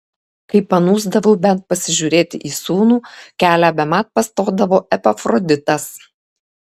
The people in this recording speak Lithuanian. kai panūsdavau bent pasižiūrėti į sūnų kelią bemat pastodavo epafroditas